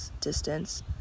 distance